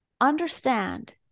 Understand